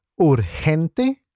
urgente